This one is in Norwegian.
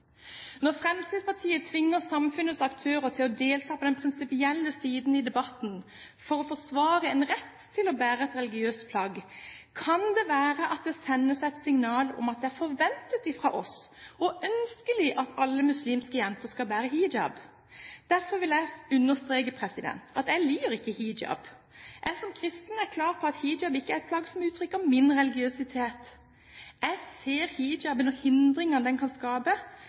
Når Fremskrittspartiet tvinger samfunnets aktører til å delta på den prinsipielle siden i debatten for å forsvare en rett til å bære et religiøst plagg, kan det være at det sendes et signal om at det er forventet fra oss og ønskelig at alle muslimske jenter skal bære hijab. Derfor vil jeg understreke at jeg liker ikke hijab. Som kristen er jeg klar på at hijab ikke er et plagg som uttrykker min religiøsitet. Jeg ser hijaben og hindringene den kan skape,